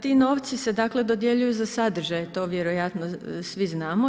Ti novci se dakle dodjeljuju za sadržaje, to vjerojatno svi znamo.